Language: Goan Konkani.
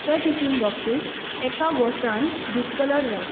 त्या टिफिन बॉक्सिस एका वॅाशान डिस्कलर जाले